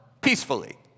peacefully